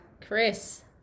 Chris